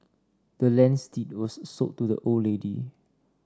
the land's deed was sold to the old lady